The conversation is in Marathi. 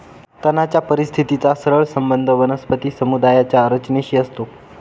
तणाच्या परिस्थितीचा सरळ संबंध वनस्पती समुदायाच्या रचनेशी असतो